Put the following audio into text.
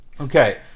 okay